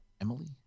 Emily